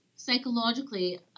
psychologically